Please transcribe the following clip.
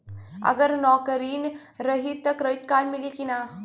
अगर नौकरीन रही त क्रेडिट कार्ड मिली कि ना?